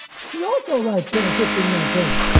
she also arrived ten or fifteen minutes early.